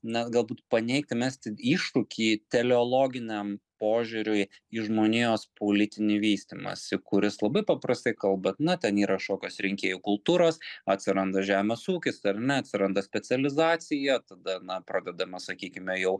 ne galbūt paneigti mesti iššūkį teleologiniam požiūriui į žmonijos politinį vystymąsi kuris labai paprastai kalbant na ten yra kažkokios rinkėjų kultūros atsiranda žemės ūkis ar ne atsiranda specializacija tada na pradedama sakykime jau